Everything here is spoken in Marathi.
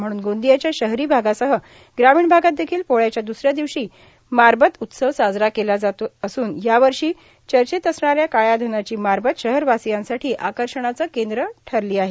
म्हणून गोंदियाच्या शहरी भागासह ग्रामीण भागात देखील पोळ्याच्या दुसऱ्या दिवशी मारबत उत्सव साजरा केला जात असून या वर्षी चचर्चेत असणाऱ्या काळ्या धनाची मारबत शहर वासियांसाठी आकर्षणाचं केंद्र ठरली आहे